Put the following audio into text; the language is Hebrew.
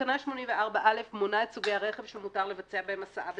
תקנה 84א מונה את סוגי הרכב שמותר לבצע בהם הסעה בשכר.